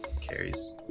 carries